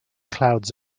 clouds